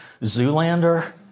Zoolander